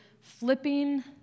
flipping